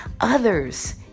Others